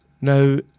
Now